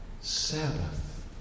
Sabbath